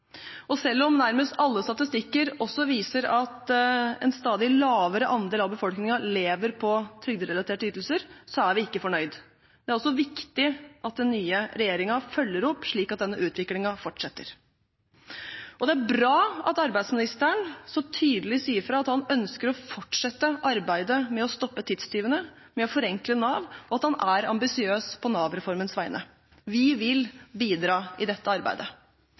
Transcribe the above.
Og selv om nærmest alle statistikker også viser at en stadig lavere andel av befolkningen lever på trygderelaterte ytelser, er vi ikke fornøyd. Det er også viktig at den nye regjeringen følger opp, slik at denne utviklingen fortsetter. Det er bra at arbeidsministeren så tydelig sier fra at han ønsker å fortsette arbeidet med å stoppe tidstyvene, med å forenkle Nav, og at han er ambisiøs på Nav-reformens vegne. Vi vil bidra i dette arbeidet.